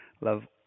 love